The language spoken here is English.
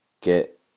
get